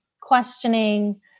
questioning